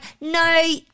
no –